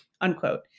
Unquote